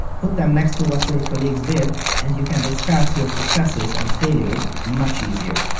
put them next to what your colleagues did and you can discuss your successes and failures much easier.